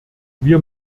wir